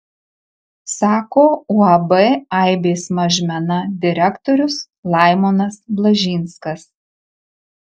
sako uab aibės mažmena direktorius laimonas blažinskas